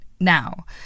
now